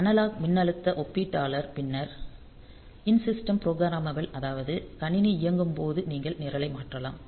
analogue மின்னழுத்த ஒப்பீட்டாளர் பின்னர் இன் சிஷ்டம் ப்ரோபிராமபிள் அதாவது கணினி இயங்கும்போது நீங்கள் நிரலை மாற்றலாம்